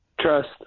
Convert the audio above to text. Trust